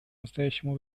настоящему